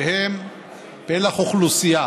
שהם פלח אוכלוסייה